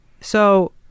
So-